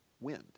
wind